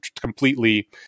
completely